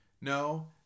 No